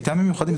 טעמים מיוחדים,